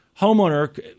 homeowner